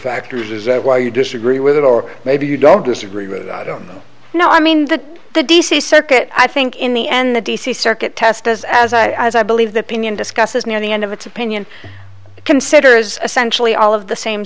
factors is that why you disagree with it or maybe you don't disagree with i don't know i mean that the d c circuit i think in the end the d c circuit test as as i as i believe the pinion discuss is near the end of its opinion considers essentially all of the same